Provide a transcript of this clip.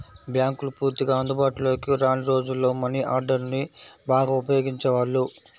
బ్యేంకులు పూర్తిగా అందుబాటులోకి రాని రోజుల్లో మనీ ఆర్డర్ని బాగా ఉపయోగించేవాళ్ళు